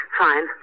Fine